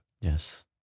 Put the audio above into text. Yes